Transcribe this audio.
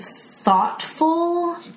thoughtful